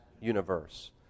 universe